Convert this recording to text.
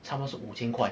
差不多是五千块